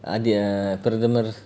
அது பிரதமர்